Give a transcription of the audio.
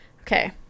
Okay